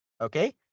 okay